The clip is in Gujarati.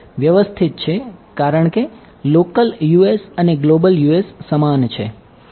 વ્યવસ્થિત છે કારણ કે લોકલ Us સમાન છે